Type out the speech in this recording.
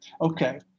Okay